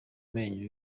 menyo